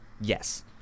yes